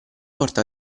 porta